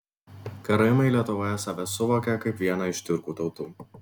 karaimai lietuvoje save suvokia kaip vieną iš tiurkų tautų